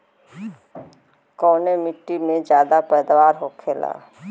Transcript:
कवने मिट्टी में ज्यादा पैदावार होखेला?